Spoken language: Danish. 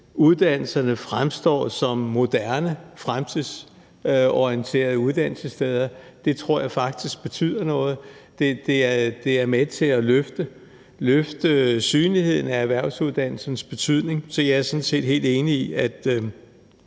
uddannelserne fremstår som moderne, fremtidsorienterede uddannelsessteder, faktisk betyder noget. Det er med til at øge synligheden af erhvervsuddannelsernes betydning, så jeg er sådan set helt enig i, at